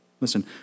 Listen